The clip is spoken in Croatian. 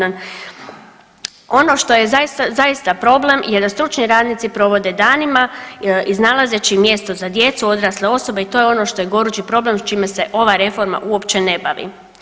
Ono što je zaista problem je da stručni radnici provode danima iznalazeći mjesto za djecu i odrasle osobe i to je ono što je gorući problem s čime se ova reforma uopće ne bavi.